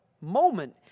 moment